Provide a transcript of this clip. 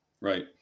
Right